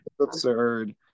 absurd